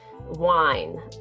wine